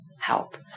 help